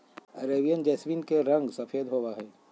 Arabian jasmine के रंग सफेद होबा हई